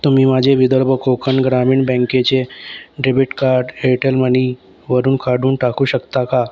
तुम्ही माझे विदर्भ कोकण ग्रामीण बँकेचे डेबिट कार्ट एरटेल मनी वरून काढून टाकू शकता का